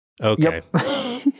Okay